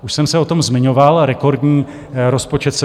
Už jsem se o tom zmiňoval rekordní rozpočet SFDI.